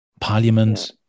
parliament